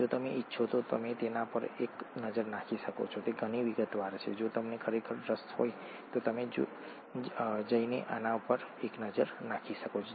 જો તમે ઇચ્છો તો તમે તેના પર એક નજર નાખી શકો છો તે ઘણી વિગતવાર છે જો તમને ખરેખર રસ હોય તો તમે જઈને આના પર એક નજર નાખી શકો છો